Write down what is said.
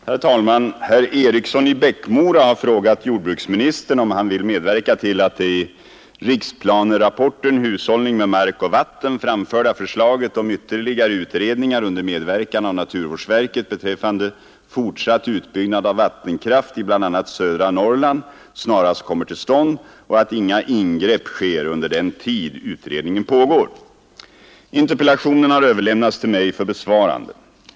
Herr talman! Herr Eriksson i Bäckmora har frågat jordbruksministern om han vill medverka till att det i riksplanerapporten ”Hushållning med mark och vatten” framförda förslaget om ytterligare utredningar under medverkan av naturvårdsverket beträffande fortsatt utbyggnad av vattenkraft i bl.a. södra Norrland snarast kommer till stånd och att inga ingrepp sker under den tid utredningen pågår. Interpellationen har överlämnats till mig för besvarande.